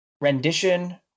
rendition